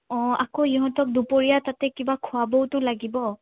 অঁ আকৌ ইহঁতক দুপৰীয়া তাতে কিবা খোৱাবওতো লাগিব